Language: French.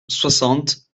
soixante